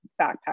backpack